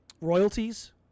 royalties